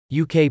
UK